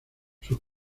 sus